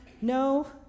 No